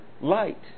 light